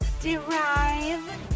derive